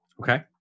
Okay